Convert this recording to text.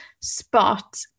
spot